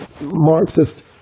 Marxist